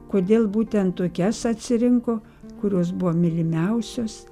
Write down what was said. kodėl būtent tokias atsirinko kurios buvo mylimiausios